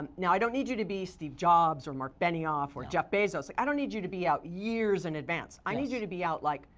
and now i don't need you to be steve jobs, or marc benioff, or jeff besoz. like i don't need you to be out years in advance. i need you to be out, like,